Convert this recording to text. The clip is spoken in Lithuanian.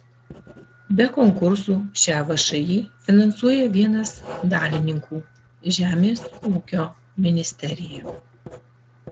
be konkursų šią všį finansuoja vienas dalininkų žemės ūkio ministerija